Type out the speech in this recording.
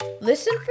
Listen